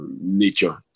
nature